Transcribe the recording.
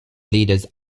leaders